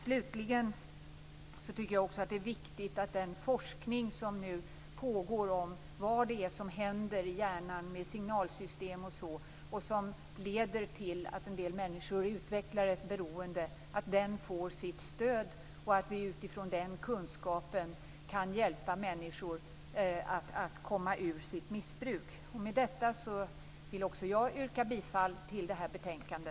Slutligen tycker jag också att det är viktigt att den forskning som nu pågår om vad det är som händer i hjärnan, med bl.a. signalsystemet och som leder till att en del människor utvecklar ett beroende, får stöd och att vi utifrån den kunskapen kan hjälpa människor att komma ur sitt missbruk. Med det anförda vill även jag yrka bifall till hemställan i detta betänkande.